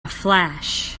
flash